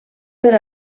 per